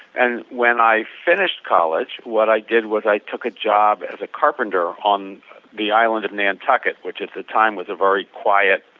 and when i finished college what i did was i took a job as a carpenter on the island of nantucket which at that time was a very quiet